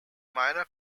minor